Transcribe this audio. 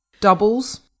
doubles